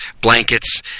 blankets